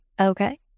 Okay